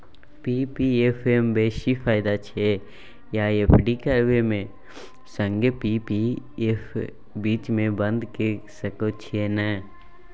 P P F म बेसी फायदा छै या एफ.डी करबै म संगे पी.पी एफ बीच म बन्द के सके छियै न?